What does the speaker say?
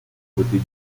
côté